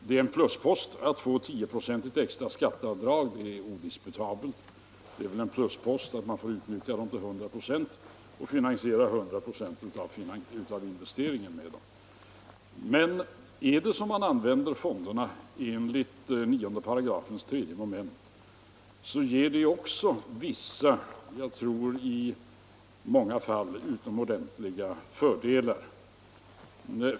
Det är en pluspost att få 10 96 extra skatteavdrag — det är odiskutabelt. Det är väl en pluspost att man får utnyttja medlen till 100 96 och finansiera 100 96 av investeringen med dem. Men om man använder fonderna enligt 9 § 3 mom. ger det också vissa —- jag tror i många fall utomordentliga — fördelar.